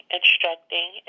Instructing